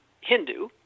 Hindu